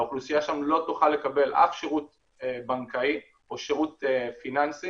האוכלוסייה שם לא תוכל לקבל אף שירות בנקאי או שירות פיננסי